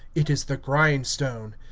it is the grindstone.